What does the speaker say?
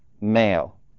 male